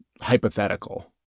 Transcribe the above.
hypothetical